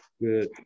Good